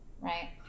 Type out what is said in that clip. right